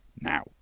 now